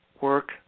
work